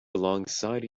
alongside